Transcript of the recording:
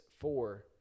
four